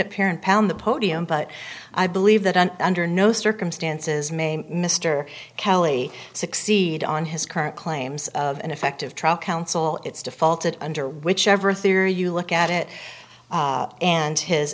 up here and pound the podium but i believe that and under no circumstances may mr kelly succeed on his current claims of ineffective trial counsel it's defaulted under whichever theory you look at it and his